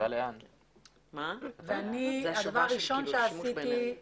הדבר הראשון שעשיתי,